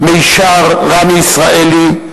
מישר רמי ישראלי,